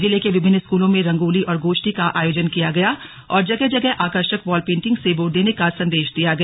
जिले के विभिन्न स्कूलों में रंगोली और गोष्ठी का आयोजन किया जा गया और जगह जगह आकर्षक वॉल पेंटिंग से वोट देने का संदेश दिया गया